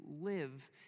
live